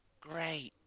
great